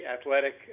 athletic